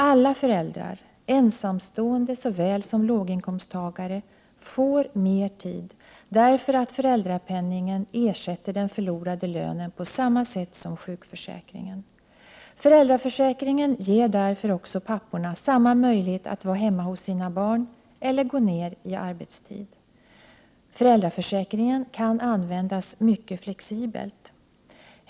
Alla föräldrar, ensamstående såväl som låginkomsttagare, får mer tid eftersom föräldrapen ningen ersätter den förlorade lönen på samma sätt som sjukförsäkringen. Föräldraförsäkringen ger därför också papporna samma möjlighet att vara hemma hos sina barn eller gå ner i arbetstid. Föräldraförsäkringen kan användas mycket flexibelt.